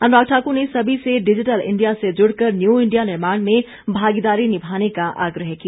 अनुराग ठाकुर ने सभी से डिजिटल इंडिया से जुड़ कर न्यू इंडिया निर्माण में भागीदारी निभाने का आग्रह किया